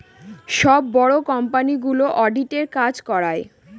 সব বড়ো কোম্পানিগুলো অডিটের কাজ করায়